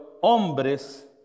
hombres